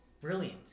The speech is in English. brilliant